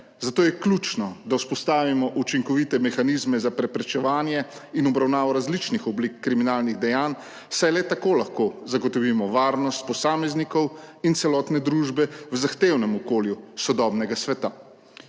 Zato je ključno, da vzpostavimo učinkovite mehanizme za preprečevanje in obravnavo različnih oblik kriminalnih dejanj, saj le tako lahko zagotovimo varnost posameznikov in celotne družbe v zahtevnem okolju sodobnega sveta.